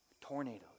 tornadoes